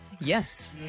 Yes